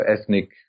ethnic